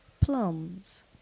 plums